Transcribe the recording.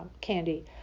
candy